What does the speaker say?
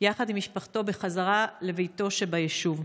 יחד עם משפחתו בחזרה לביתו שביישוב.